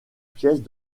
pièces